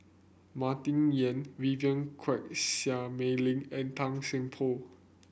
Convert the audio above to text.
Martin Yan Vivien Quahe Seah Mei Lin and Tan Seng Poh